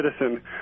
citizen